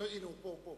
הנה, הוא פה.